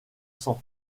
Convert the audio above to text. sang